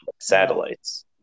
satellites